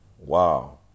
Wow